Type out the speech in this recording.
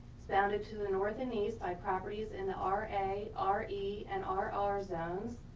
bounded to the northern east by properties in the r a, r e and r r zones,